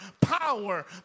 power